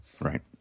Right